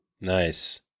Nice